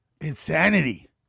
Insanity